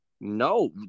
No